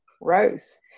rose